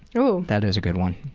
oh. that is a good one.